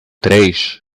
três